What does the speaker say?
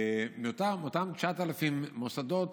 מאותם 9,000 מוסדות,